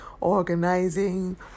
organizing